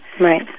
Right